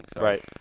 Right